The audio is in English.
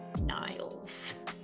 Niles